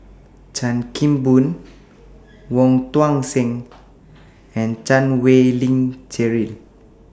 Chan Kim Boon Wong Tuang Seng and Chan Wei Ling Cheryl